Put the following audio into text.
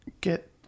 get